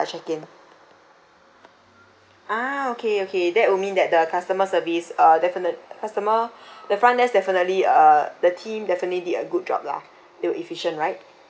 ah okay okay that would mean that the customer service uh definite customer the front desk definitely uh the team definitely did a good job lah they were efficient right